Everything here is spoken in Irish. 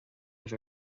libh